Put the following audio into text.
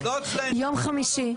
יום חמישי,